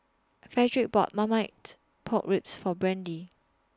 Fredric bought Marmite Pork Ribs For Brandee